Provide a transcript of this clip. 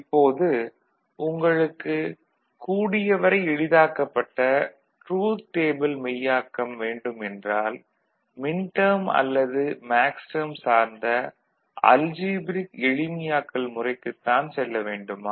இப்போது உங்களுக்கு கூடியவரை எளிதாக்கப்பட்ட ட்ரூத் டேபிள் மெய்யாக்கம் வேண்டும் என்றால் மின்டேர்ம் அல்லது மேக்ஸ்டேர்ம் சார்ந்த அல்ஜீப்ரிக் எளிமையாக்கல் முறைக்குத் தான் செல்ல வேண்டுமா